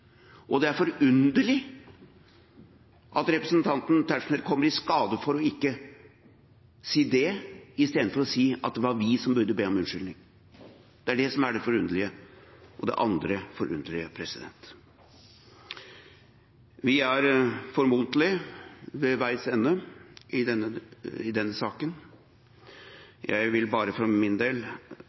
vi. Det er forunderlig at representanten Tetzschner kom i skade for ikke å si det istedenfor å si at det var vi som burde be om unnskyldning. Det er det andre forunderlige. Vi er formodentlig ved veis ende i denne saken. Jeg vil for min del